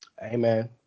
Amen